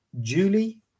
Julie